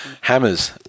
hammers